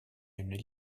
une